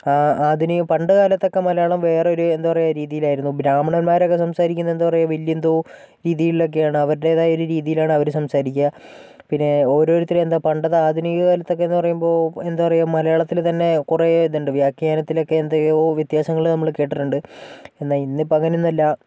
ആ ആധുനിക പണ്ട് കാലത്തൊക്കെ മലയാളം വേറൊര് എന്താ പറയുക രീതിയിലായിരുന്നു ബ്രാഹ്മണന്മാരൊക്കെ സംസാരിക്കുന്ന എന്താ പറയുക വലിയ എന്തോ രീതിയിലൊക്കെയാണ് അവരുടേതായ ഒര് രീതിയിലാണ് അവര് സംസാരിക്കുക പിന്നെ ഓരോരുത്തരും എന്താ പണ്ടത്തെ ആധുനിക കാലത്തൊക്കെ എന്ന് പറയുമ്പോൾ എന്താ പറയുക മലയാളത്തില് തന്നെ കുറെ ഇതുണ്ട് വ്യാഖ്യാനത്തിലൊക്കെ എന്തൊക്കെയോ വ്യത്യാസങ്ങള് നമ്മള് കേട്ടിട്ടുണ്ട് എന്നാൽ ഇന്ന് ഇപ്പോൾ അങ്ങനെയൊന്നുമില്ല